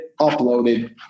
uploaded